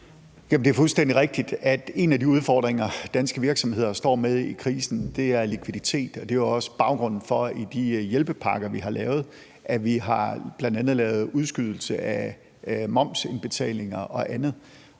Det er fuldstændig rigtigt, at en af de udfordringer, danske virksomheder står med i krisen, er likviditet, og det er jo også baggrunden for, at vi i de hjælpepakker, vi har lavet, bl.a. har lavet en udskydelse af momsindbetalinger og andet.